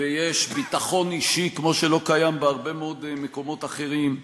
ויש ביטחון אישי כמו שלא קיים בהרבה מקומות אחרים,